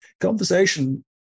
conversation